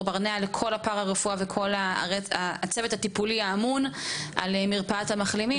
ברנע בנוגע לכל הצוות הפרא-רפואי האמון על מרפאת המחלימים.